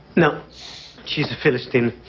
now she's a philistine.